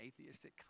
atheistic